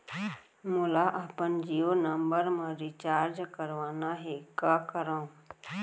मोला अपन जियो नंबर म रिचार्ज करवाना हे, का करव?